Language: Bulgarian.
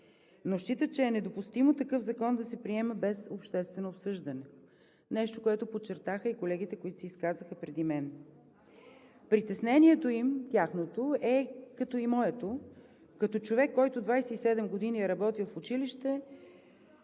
но считат, че е недопустимо такъв закон да се приема без обществено обсъждане – нещо, което подчертаха и колегите, които се изказаха преди мен. Тяхното притеснение, както и моето, като човек, който 27 години е работил в училище,